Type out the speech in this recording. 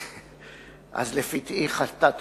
אז לפתחי חטאת רובצת.